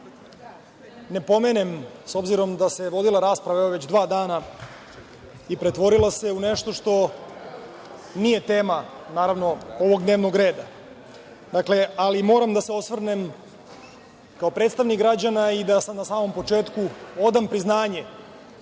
ne pomenem, s obzirom da se vodila rasprava već dva dana i pretvorila se u nešto što nije tema ovog dnevnog reda. Dakle, moram da se osvrnem kao predstavnik građana i da na samom početku odam priznanje